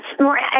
more